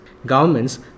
governments